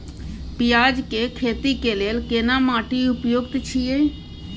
पियाज के खेती के लेल केना माटी उपयुक्त छियै?